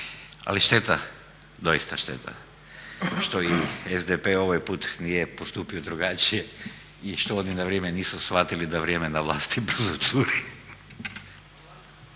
Ali šteta, doista šteta što i SDP ovaj put nije postupio drugačije i što oni na vrijeme nisu shvatili da vrijeme na vlasti brzo curi.